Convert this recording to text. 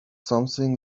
something